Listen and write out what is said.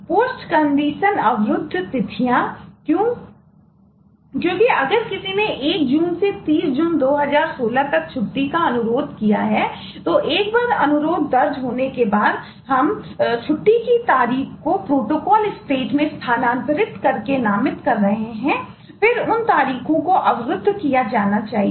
postcondition है जो होनी चाहिए